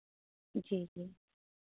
जी जी